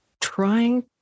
trying